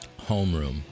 homeroom